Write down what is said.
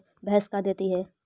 भैंस का देती है?